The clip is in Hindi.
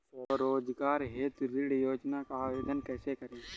स्वरोजगार हेतु ऋण योजना का आवेदन कैसे करें?